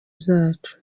zacu